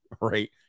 right